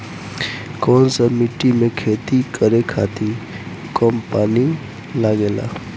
कौन सा मिट्टी में खेती करे खातिर कम पानी लागेला?